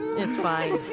it's fine.